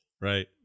right